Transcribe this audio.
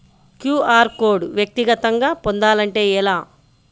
QR code వ్యక్తిగతంగా పొందాలంటే ఎలా?